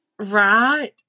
Right